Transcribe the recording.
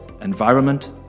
environment